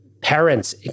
parents